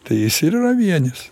tai jis ir yra vienis